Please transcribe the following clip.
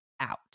out